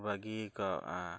ᱵᱟᱹᱜᱤ ᱟᱠᱟᱫᱼᱟ